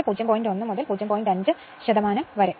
5 ശതമാനം വരെയാണ്